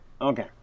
Okay